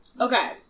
Okay